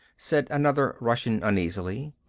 said another russian uneasily.